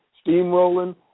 steam-rolling